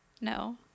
No